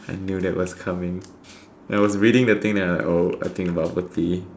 I knew that was coming I was reading the thing then like oh I think bubble tea